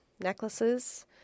necklaces